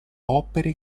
opere